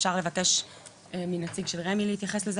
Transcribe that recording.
אפשר לבקש מנציג של רמ"י להתייחס לזה,